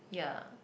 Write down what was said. ya